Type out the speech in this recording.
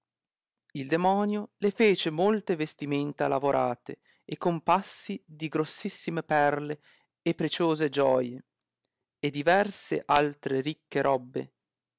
il demonio le fece molte vestimenta lavorate a compassi di grossissime perle e preciose gioie e diverse altre ricche robbe